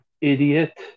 idiot